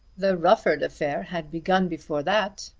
the rufford affair had begun before that,